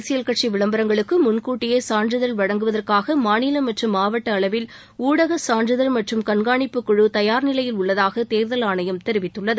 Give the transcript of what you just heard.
அரசியல் கட்சி விளம்பரங்களுக்கு முன்கூட்டியே சான்றிதழ் வழங்குவதற்காக மாநில மற்றும் மாவட்ட அளவில் ஊடக சான்றிதழ் மற்றும் கண்காணிப்புக்குழு தயார்நிலையில் உள்ளதாக தேர்தல் ஆணையம் தெரிவித்துள்ளது